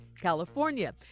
California